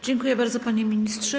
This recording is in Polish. Dziękuję bardzo, panie ministrze.